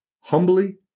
Humbly